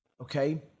okay